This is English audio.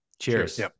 Cheers